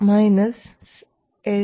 2 7